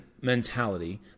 mentality